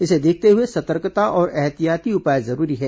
इसे देखते हए सतर्कता और एहतियाती उपाय जरूरी हैं